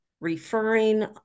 referring